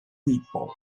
people